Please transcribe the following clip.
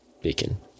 beacon